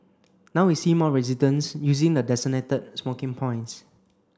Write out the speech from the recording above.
now we see more residents using the designated smoking points